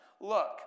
Look